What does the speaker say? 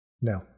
No